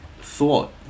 thought